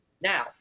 Now